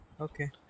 okay